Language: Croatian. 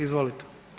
Izvolite.